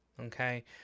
okay